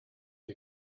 ihr